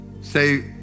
Say